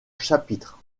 chapitres